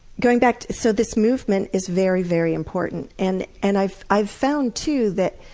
going back so this movement is very, very important, and and i've i've found too that,